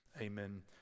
amen